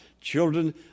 children